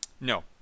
No